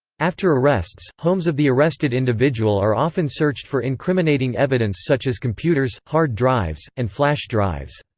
after arrests, homes of the arrested individual are often searched for incriminating evidence such as computers, hard drives, and flash drives.